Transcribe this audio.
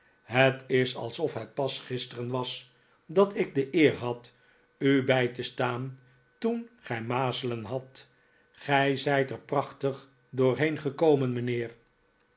het is alsof het pas gisteren was dat ik de eer had u bij te staan toen gij mazelen hadt gij zijt er prachtig doorheen gekomen mijnheer